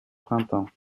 printemps